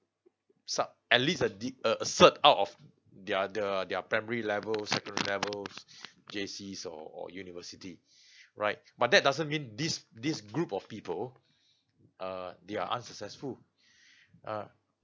sub at least a de~ a cert out of their the their primary levels secondary levels J_Cs or or university right but that doesn't mean this this group of people uh they're unsuccessful uh